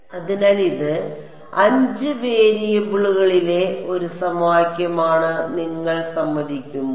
അതിനാൽ ഇത് 5 വേരിയബിളുകളിലെ ഒരു സമവാക്യമാണെന്ന് നിങ്ങൾ സമ്മതിക്കുമോ